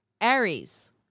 Aries